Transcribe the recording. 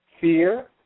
fear